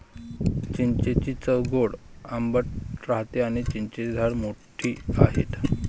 चिंचेची चव गोड आंबट राहते आणी चिंचेची झाडे मोठी आहेत